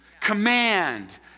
command